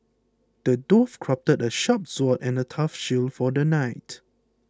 the dwarf crafted a sharp sword and a tough shield for the knight